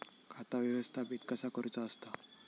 खाता व्यवस्थापित कसा करुचा असता?